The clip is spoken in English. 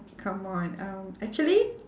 come on um actually